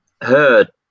heard